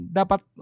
dapat